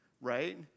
right